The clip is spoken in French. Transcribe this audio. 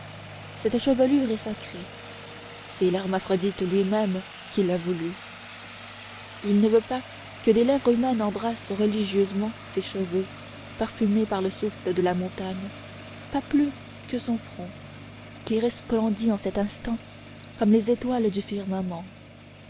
cette chevelure est sacrée c'est l'hermaphrodite lui-même qui l'a voulu il ne veut pas que des lèvres humaines embrassent religieusement ses cheveux parfumés par le souffle de la montagne pas plus que son front qui resplendit en cet instant comme les étoiles du firmament